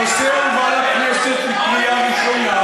הנושא הובא לכנסת לקריאה ראשונה.